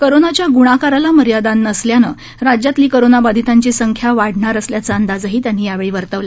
कोरोनाच्या ग्णाकाराला मर्यादा नसल्यानं राज्यातली कोरोनाबाधितांची संख्या वाढणार असल्याचा अंदाजही त्यांनी यावेळी वर्तवला